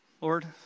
Lord